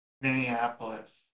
Minneapolis